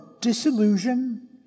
disillusion